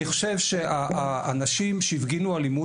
אני חושב שהאנשים שהפגינו אלימות,